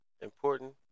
Important